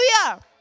Hallelujah